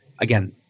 again